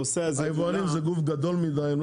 היבואנים זה גוף גדול מדי.